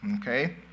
okay